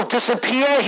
disappear